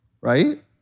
right